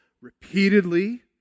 repeatedly